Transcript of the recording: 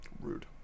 rude